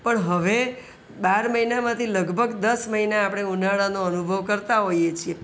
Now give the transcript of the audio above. પણ હવે બાર મહિનામાંથી લગભગ દસ મહિના આપણે ઉનાળાનો અનુભવ કરતાં હોઈએ છીએ